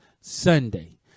Sunday